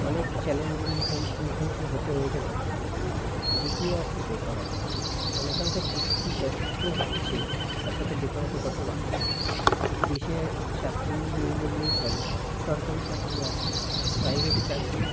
অনেক চ্যালেঞ্জের মুখে মুখোমুখি হতে হয়েছে ভারতকে দ্বিতীয় আসছে বেকারত্ব জনসংখ্যা বৃদ্ধি যত হচ্ছে তার সাথে বেকারত্ব তত বাড়ছে দেশে চাকরি নেই বললেই চলে সরকারি চাকরি আছে প্রাইভেটে চাকরি